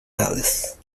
alice